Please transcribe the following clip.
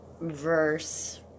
verse